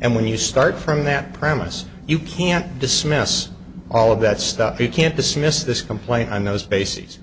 and when you start from that premise you can't dismiss all of that stuff you can't dismiss this complaint on those bases